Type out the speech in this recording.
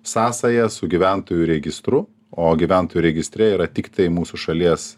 sąsają su gyventojų registru o gyventojų registre yra tiktai mūsų šalies